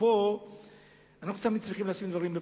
ופה אנחנו תמיד צריכים לשים דברים בפרופורציה.